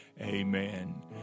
amen